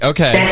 Okay